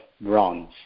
bronze